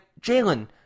Jalen